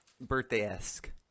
birthday-esque